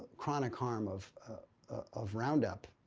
chronic harm of of roundup.